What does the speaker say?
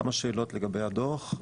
כמה שאלות לגבי הדו"ח.